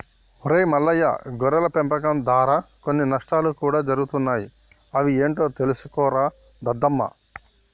ఒరై మల్లయ్య గొర్రెల పెంపకం దారా కొన్ని నష్టాలు కూడా జరుగుతాయి అవి ఏంటో తెలుసుకోరా దద్దమ్మ